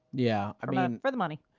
yeah, i mean for the money.